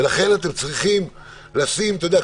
ולכן אתם צריכים לשים אתה יודע,